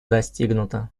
достигнуто